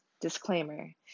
Disclaimer